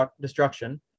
Destruction